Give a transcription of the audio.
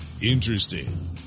Interesting